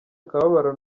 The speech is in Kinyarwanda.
akababaro